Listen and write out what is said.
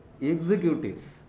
executives